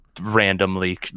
randomly